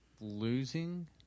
losing –